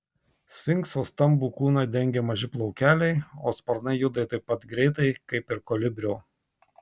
sfinkso stambų kūną dengia maži plaukeliai o sparnai juda taip pat greitai kaip ir kolibrio